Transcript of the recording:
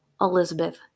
Elizabeth